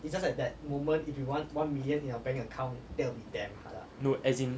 no as in